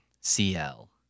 CL